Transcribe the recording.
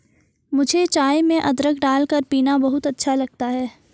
मुझे चाय में अदरक डालकर पीना बहुत अच्छा लगता है